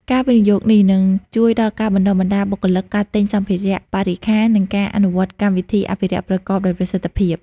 ការវិនិយោគនេះនឹងជួយដល់ការបណ្តុះបណ្តាលបុគ្គលិក ការទិញសម្ភារៈបរិក្ខារ និងការអនុវត្តកម្មវិធីអភិរក្សប្រកបដោយប្រសិទ្ធភាព។